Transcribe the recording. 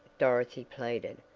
dorothy pleaded,